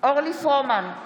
אורלי פרומן,